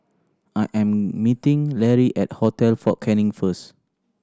I am meeting Lary at Hotel Fort Canning first